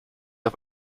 auf